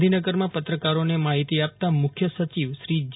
ગાંધીનગરમાં પત્રકારોને માહિતી આપતાં મુખ્ય સચિવ શ્રી જે